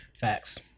Facts